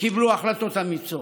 וקיבלו החלטות אמיצות.